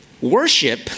worship